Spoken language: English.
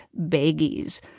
baggies